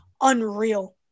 unreal